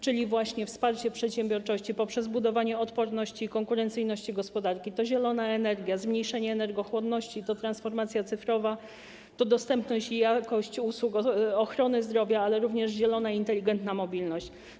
Chodzi o wsparcie przedsiębiorczości poprzez budowanie odporności i konkurencyjności gospodarki, zieloną energię, zmniejszenie energochłonności, transformację cyfrową, dostępność i jakość usług ochrony zdrowia, jak również zieloną inteligentną mobilność.